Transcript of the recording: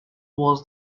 was